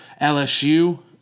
LSU